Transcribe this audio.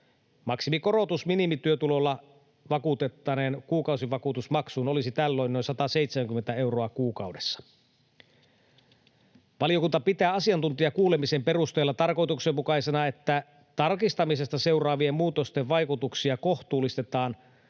Maksimikorotus minimityötulolla vakuuttaneen kuukausivakuutusmaksuun olisi tällöin noin 170 euroa kuukaudessa. Valiokunta pitää asiantuntijakuulemisen perusteella tarkoituksenmukaisena, että tarkistamisesta seuraavien muutosten vaikutuksia kohtuullistetaan ja